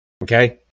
Okay